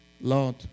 Lord